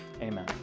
Amen